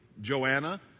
Joanna